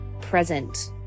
present